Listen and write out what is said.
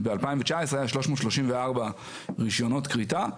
ב-2019 היה 334 רישיונות כריתה.